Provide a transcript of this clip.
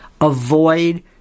Avoid